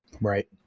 right